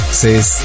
says